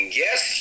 yes